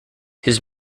his